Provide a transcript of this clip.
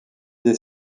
des